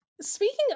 Speaking